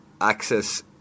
access